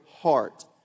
heart